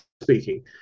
speaking